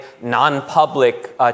non-public